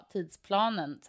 Tidsplanen